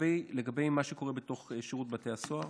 לגבי מה שקורה בתוך שירות בתי הסוהר,